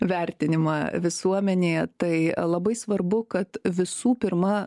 vertinimą visuomenėje tai labai svarbu kad visų pirma